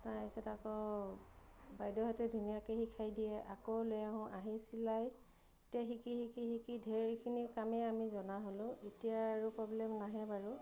তাৰপাছত আকৌ বাইদেউহঁতে ধুনীয়াকৈ শিকাই দিয়ে আকৌ লৈ আহোঁ আহি চিলাই এতিয়া শিকি শিকি শিকি শিকি ঢেৰখিনি কামেই আমি জনা হ'লো এতিয়া আৰু প্ৰব্লেম নাহে বাৰু